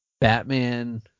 Batman